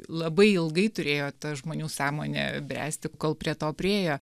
labai ilgai turėjo ta žmonių sąmonė bręsti kol prie to priėjo